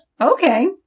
Okay